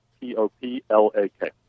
P-O-P-L-A-K